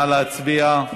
נא להצביע.